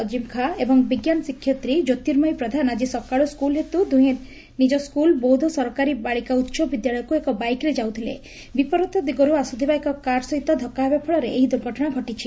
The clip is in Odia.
ଅଜିମ ଖାଁ ଏବଂ ବିଙ୍କାନ ଶିକ୍ଷୟତ୍ରୀ ଜ୍ୟୋର୍ତୀମୟୀ ପ୍ରଧାନ ଆଜି ସକାଳୁଆ ସ୍କୁଲ ହେତୁ ଦୁହେଁ ନିଜ ସ୍କୁଲ ବୌଦ୍ଧ ସରକାରୀ ବାଳିକା ଉଚ ବିଦ୍ୟାଳୟକୁ ଏକ ବାଇକରେ ଯାଉଥିଲେ ବିପରୀତ ଦିଗରୁ ଆସୁଥିବା ଏକ କାର ସହିତ ସାମନାସାମନୀ ଧକ୍କା ହେବା ଫଳରେ ଏହି ଦୁର୍ଘଟଣା ଘଟିଛି